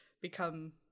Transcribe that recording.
become